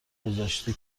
گذاشته